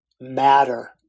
matter